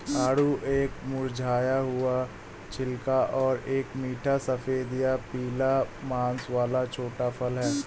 आड़ू एक मुरझाया हुआ छिलका और एक मीठा सफेद या पीला मांस वाला छोटा फल है